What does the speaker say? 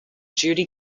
judy